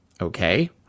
okay